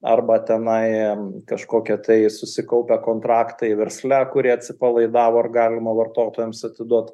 arba tenai kažkokie tai susikaupia kontraktai versle kurie atsipalaidavo ar galima vartotojams atiduot